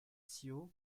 ciot